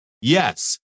Yes